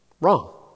wrong